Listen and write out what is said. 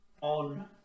on